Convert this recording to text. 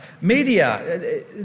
Media